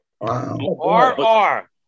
R-R